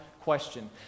question